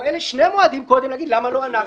או אלה שני מועדים קודם ולהגיד: למה לא אנחנו?